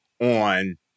on